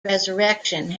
resurrection